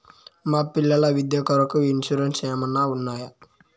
మా పిల్లల విద్య కొరకు ఇన్సూరెన్సు ఏమన్నా ఉన్నాయా?